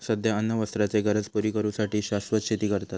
सध्या अन्न वस्त्राचे गरज पुरी करू साठी शाश्वत शेती करतत